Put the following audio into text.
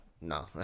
No